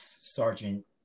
sergeant